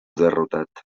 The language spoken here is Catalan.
derrotat